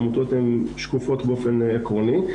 העמותות הן שקופות באופן עקרוני.